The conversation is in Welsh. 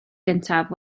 gyntaf